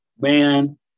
Man